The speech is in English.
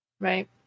Right